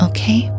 Okay